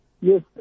Yes